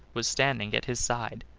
was standing at his side.